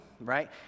right